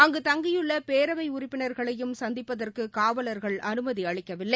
அங்கு தங்கியுள்ளபேரவைஉறுப்பினர்களையும் சந்திப்பதற்குகாவள்கள் அனுமதிஅளிக்கவில்லை